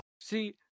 See